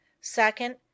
Second